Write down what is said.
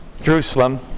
Jerusalem